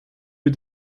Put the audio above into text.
wir